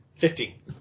Fifty